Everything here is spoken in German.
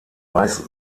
weiß